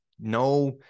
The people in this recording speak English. no